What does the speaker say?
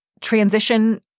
transition